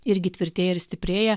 irgi tvirtėja ir stiprėja